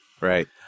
Right